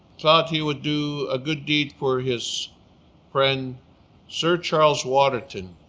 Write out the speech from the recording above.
thought he would do a good deed for his friend sir charles waterton.